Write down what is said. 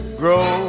grow